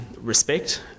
respect